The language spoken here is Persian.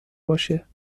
باشه